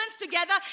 together